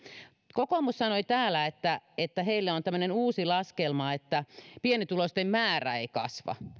kokoomus sanoi täällä että että heillä on tämmöinen uusi laskelma että pienituloisten määrä ei kasva